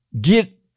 get